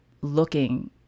looking